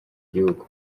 gihugu